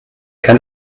kann